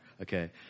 okay